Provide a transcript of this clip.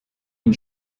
une